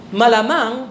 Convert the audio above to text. malamang